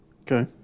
Okay